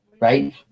right